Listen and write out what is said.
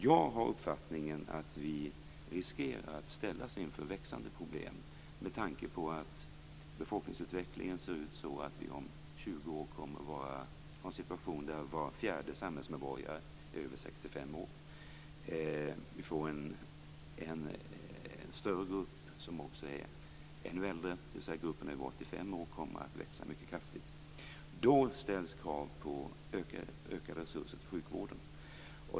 Jag har den uppfattningen att vi riskerar att ställas inför växande problem med tanke på befolkningsutvecklingen. Om 20 år kommer var fjärde samhällsmedborgare att vara över 65 år. Vi får en större grupp som är ännu äldre, dvs. gruppen över 85 år kommer att växa mycket kraftigt. Då ställs krav på ökade resurser till sjukvården.